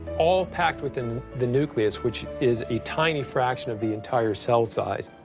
all packed within the nucleus, which is a tiny fraction of the entire cell size.